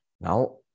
Now